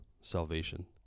salvation